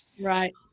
Right